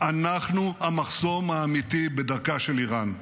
אנחנו המחסום האמיתי בדרכה של איראן,